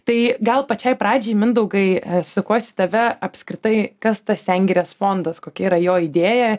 tai gal pačiai pradžiai mindaugai sukuosi į tave apskritai kas tas sengirės fondas kokia yra jo idėja